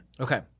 Okay